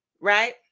right